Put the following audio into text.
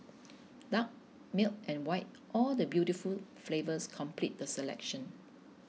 dark milk and white all the beautiful flavours complete the selection